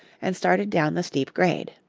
and started down the steep grade.